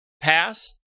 pass